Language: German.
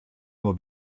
nur